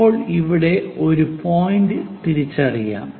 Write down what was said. ഇപ്പോൾ ഇവിടെ ഒരു പോയിന്റ് തിരിച്ചറിയാം